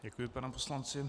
Děkuji panu poslanci.